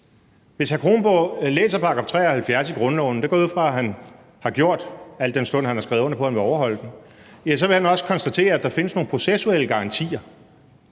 Hvis hr. Anders Kronborg læser § 73 i grundloven, hvilket jeg går ud fra han har gjort, al den stund at han har skrevet under på, at han vil overholde den, vil han også konstatere, at der findes nogle processuelle garantier.